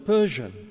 Persian